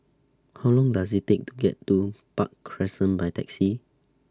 How Long Does IT Take to get to Park Crescent By Taxi